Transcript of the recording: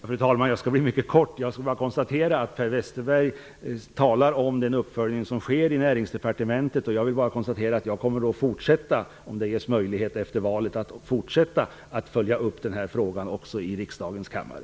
Fru talman! Jag skall bli mycket kort. Jag kan bara konstatera att Per Westerberg talar om den uppföljningen som sker i Näringsdepartementet. Om det ges möjlighet efter valet kommer jag att fortsätta att följa upp den här frågan i riksdagens kammare.